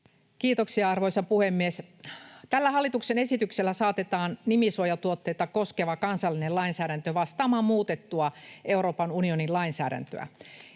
Kiitoksia, arvoisa puhemies! Tällä hallituksen esityksellä saatetaan nimisuojatuotteita koskeva kansallinen lainsäädäntö vastaamaan muutettua Euroopan unionin lainsäädäntöä.